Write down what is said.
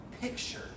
picture